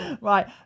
Right